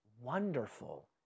wonderful